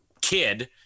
kid